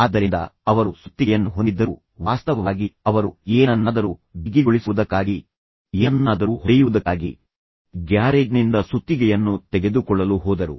ಆದ್ದರಿಂದ ಅವರು ಸುತ್ತಿಗೆಯನ್ನು ಹೊಂದಿದ್ದರು ವಾಸ್ತವವಾಗಿ ಅವರು ಏನನ್ನಾದರೂ ಬಿಗಿಗೊಳಿಸುವುದಕ್ಕಾಗಿ ಏನನ್ನಾದರೂ ಹೊಡೆಯುವುದಕ್ಕಾಗಿ ಗ್ಯಾರೇಜ್ನಿಂದ ಸುತ್ತಿಗೆಯನ್ನು ತೆಗೆದುಕೊಳ್ಳಲು ಹೋದರು